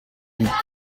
beak